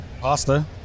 pasta